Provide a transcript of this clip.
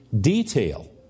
detail